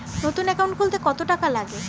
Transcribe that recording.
নতুন একাউন্ট খুলতে কত টাকা লাগে?